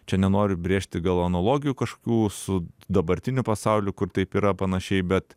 čia nenoriu brėžti gal analogijų kažkokių su dabartiniu pasauliu kur taip yra panašiai bet